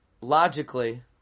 logically